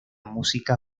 música